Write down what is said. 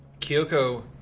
Kyoko